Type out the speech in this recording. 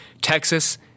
Texas